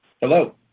Hello